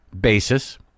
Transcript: basis